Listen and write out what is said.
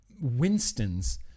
Winston's